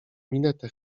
minetę